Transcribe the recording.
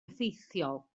effeithiol